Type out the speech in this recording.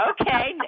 Okay